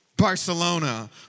Barcelona